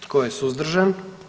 Tko je suzdržan?